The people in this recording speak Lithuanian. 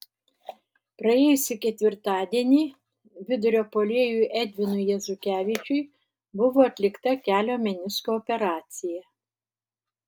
praėjusį ketvirtadienį vidurio puolėjui edvinui jezukevičiui buvo atlikta kelio menisko operacija